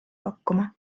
pakkuma